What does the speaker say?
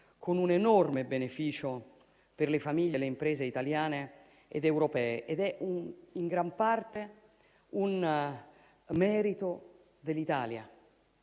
con un enorme beneficio per le famiglie e le imprese italiane ed europee. È in gran parte un merito dell'Italia